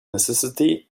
necessity